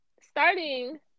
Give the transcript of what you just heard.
Starting